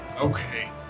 Okay